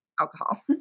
alcohol